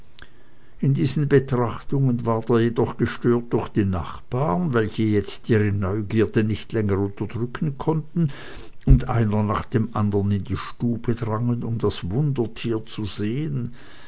in diesen betrachtungen ward er jedoch gestört durch die nachbaren welche jetzt ihre neugierde nicht länger unterdrücken konnten und einer nach dem andern in die stube drangen um das wundertier zu sehen